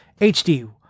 hd